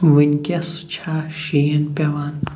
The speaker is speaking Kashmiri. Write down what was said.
وُنکٮ۪س چھا شیٖن پٮ۪وان